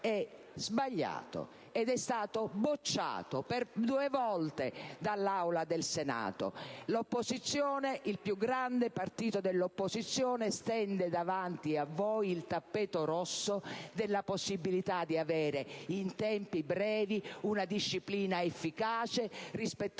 è sbagliato, ed è stato bocciato per due volte dall'Assemblea del Senato. L'opposizione, il più grande partito dell'opposizione, stende davanti voi il tappeto rosso della possibilità di avere, in tempi brevi, una disciplina efficace e rispettosa